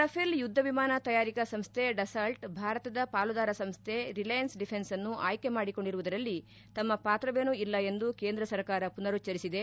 Rafale ಯುದ್ಧ ವಿಮಾನ ತಯಾರಿಕಾ ಸಂಸ್ಥೆ ಡಸಾಲ್ಟ್ ಭಾರತದ ಪಾಲುದಾರ ಸಂಸ್ಥೆ ರಿಲೆಯನ್ಸ್ ಡಿಫೆನ್ಸ್ ಅನ್ನು ಆಯ್ಕೆ ಮಾಡಿಕೊಂಡಿರುವುದರಲ್ಲಿ ತಮ್ಮ ಪಾತ್ರವೇನೂ ಇಲ್ಲ ಎಂದು ಕೇಂದ್ರ ಸರ್ಕಾರ ಮನರುಚ್ವರಿಸಿದೆ